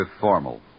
formal